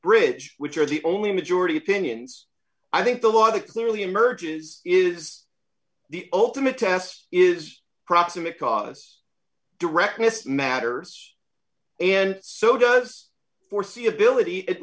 bridge which are the only majority opinions i think the law to clearly emerges is the ultimate test is proximate cause directness matters and so does foreseeability at